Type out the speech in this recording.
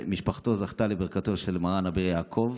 משפחתו זכתה לברכתו של מר"ן רבי יעקב,